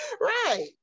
Right